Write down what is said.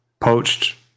Poached